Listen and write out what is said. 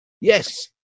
Yes